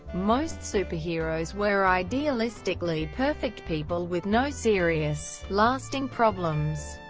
most superheroes were idealistically perfect people with no serious, lasting problems.